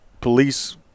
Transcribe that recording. police